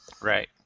right